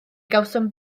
gawsom